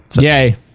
Yay